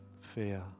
fear